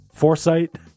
foresight